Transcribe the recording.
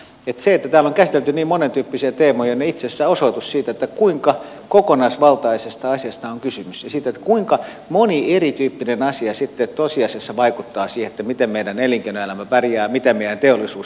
se että täällä on käsitelty niin monentyyppisiä teemoja on itse asiassa osoitus siitä kuinka kokonaisvaltaisesta asiasta on kysymys ja siitä kuinka moni erityyppinen asia sitten tosiasiassa vaikuttaa siihen miten meidän elinkeinoelämä pärjää miten meidän teollisuus kehittyy